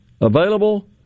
available